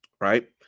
Right